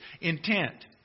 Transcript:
intent